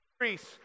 increase